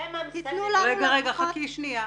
תנו לנו רווחה.